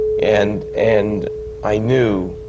and and i knew,